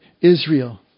Israel